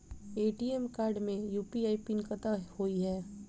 ATM card मे UPI pin कतह होइ है?